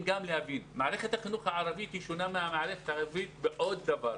מערכת החינוך הערבית שונה מהמערכת העברית בעוד דבר.